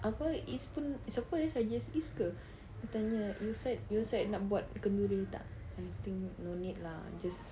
apa izz pun siapa eh suggest izz ke tanya izz said your side nak buat kenduri tak I think no need lah just